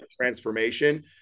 transformation